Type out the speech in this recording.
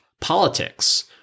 politics